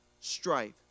strife